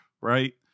right